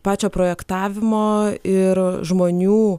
pačio projektavimo ir žmonių